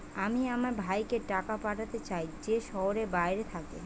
আমি আমার ভাইকে টাকা পাঠাতে চাই যে শহরের বাইরে থাকে